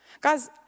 Guys